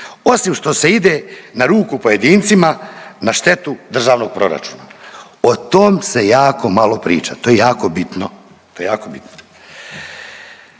osim što se ide na ruku pojedincima na štetu državnog proračuna. O tom se jako malo priča, to je jako bitno,